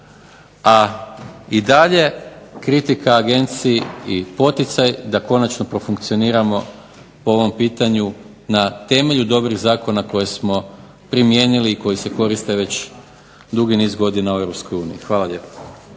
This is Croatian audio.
a i dalje kritika Agenciji i poticaj da konačno profunkcioniramo po ovom pitanju na temelju ovih Zakona koje smo primijenili i koji se koriste već dugi niz godina u Europskoj uniji.